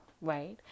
right